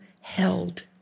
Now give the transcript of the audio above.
held